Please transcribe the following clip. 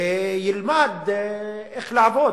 וילמד איך לעבוד.